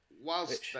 Whilst